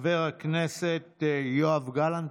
חבר הכנסת גלנט,